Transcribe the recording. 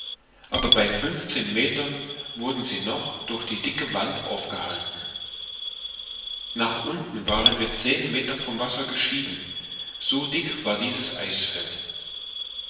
aber bei fünfzehn meter wurden sie noch durch die dicke wand aufgehalten nach unten waren wir zehn meter vom wasser geschieden so dick war dieses eisfeld